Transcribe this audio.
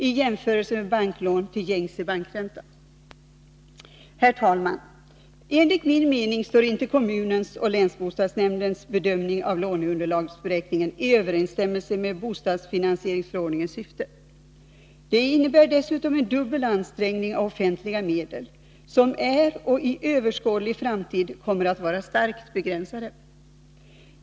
i jämförelse med banklån till gängse bankränta. Herr talman! Enligt min mening står inte kommunens och länsbostadsnämndens bedömning av låneunderlagsberäkningen i överensstämmelse med bostadsfinansieringsförordningens syfte. Det innebär dessutom en dubbel ansträngning av offentliga medel, som är och i överskådlig framtid kommer att vara starkt begränsade.